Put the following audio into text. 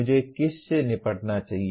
मुझे किस से निपटना चाहिए